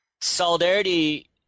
Solidarity